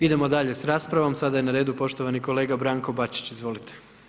Idemo dalje s raspravom, sada je na redu poštovani kolega Branko Bačić, izvolite.